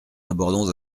abordons